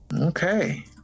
Okay